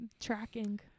tracking